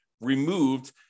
removed